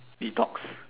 detox